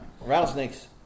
Rattlesnakes